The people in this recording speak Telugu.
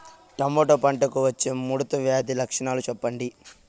టమోటా పంటకు వచ్చే ముడత వ్యాధి లక్షణాలు చెప్పండి?